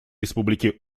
республики